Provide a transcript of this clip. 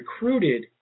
recruited